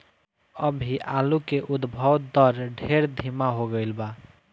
अभी आलू के उद्भव दर ढेर धीमा हो गईल बा